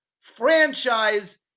franchise